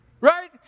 right